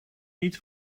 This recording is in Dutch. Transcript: niet